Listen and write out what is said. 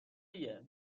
ایه